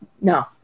no